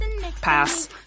Pass